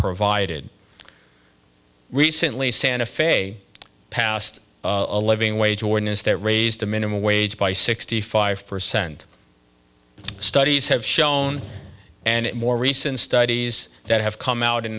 provided recently santa fe passed a living wage ordinance that raised the minimum wage by sixty five percent studies have shown and more recent studies that have come out in